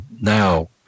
Now